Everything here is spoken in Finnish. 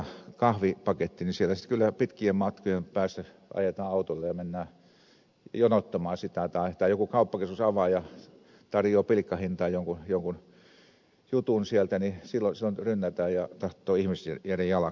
siellä kyllä sitten pitkien matkojen päästä ajetaan autolla ja mennään jonottamaan sitä tai kun joku kauppakeskus avaa ja tarjoaa pilkkahintaan jonkun jutun sieltä niin silloin rynnätään ja tahtoo ihmiset jäädä jalkoihin